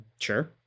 sure